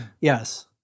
Yes